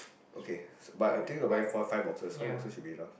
okay but I'm thinking of wearing five five boxers five boxers should be enough